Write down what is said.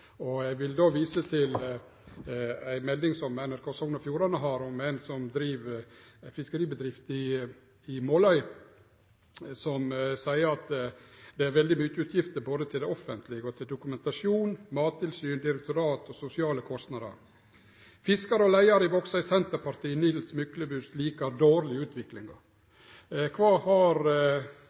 rapportering. Eg vil då vise til ei melding som NRK Sogn og Fjordane har om ein som driv ei fiskeribedrift i Måløy, som seier: «Det er veldig mykje utgifter både til det offentlege og til dokumentasjon, Mattilsyn, direktorat og sosiale kostnader.» Fiskar og leiar i Vågsøy Senterparti, Nils Myklebust, likar dårleg utviklinga. Kva har